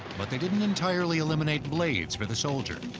but they didn't entirely eliminate blades for the soldier.